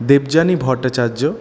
Debjani Bhattacharya